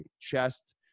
chest